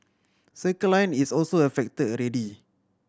Circle Line is also affected already